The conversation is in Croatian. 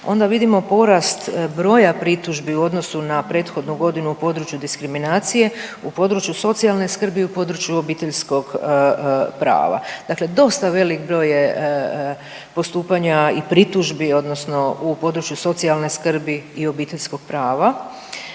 onda vidimo porast broja pritužbi u odnosu na prethodnu godinu u području diskriminacije, u području socijalne skrbi i u području obiteljskog prava, dakle dosta velik broj je postupanja i pritužbi odnosno u području socijalne skrbi i obiteljskog prava.